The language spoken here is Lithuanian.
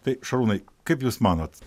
tai šarūnai kaip jūs manot